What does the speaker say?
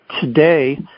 today